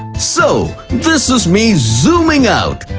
so this is me zooming' out.